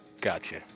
Gotcha